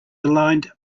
aligned